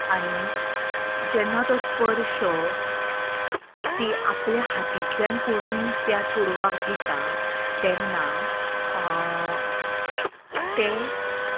आनी जेन्ना तो स्पर्श ती आपल्या हातांतल्यान करून त्या चेडवाक दिता तेन्ना ते